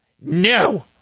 No